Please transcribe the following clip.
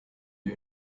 you